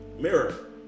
mirror